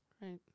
Right